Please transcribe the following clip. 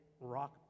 rock